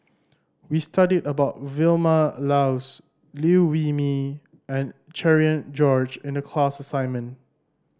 we studied about Vilma Laus Liew Wee Mee and Cherian George in the class assignment